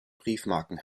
briefmarken